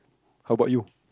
how about you